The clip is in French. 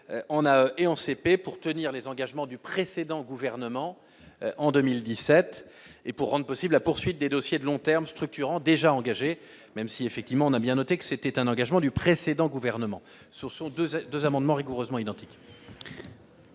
on a et en CP pour tenir les engagements du précédent gouvernement, en 2017 et pour rendre possible la poursuite des dossiers de long terme structurant déjà engagé, même si effectivement on a bien noté que c'était un engagement du précédent gouvernement, ce sont 2 à 2 amendements rigoureusement identiques.